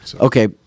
okay